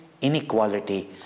inequality